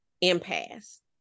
impasse